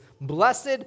Blessed